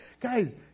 Guys